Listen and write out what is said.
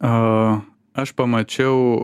o aš pamačiau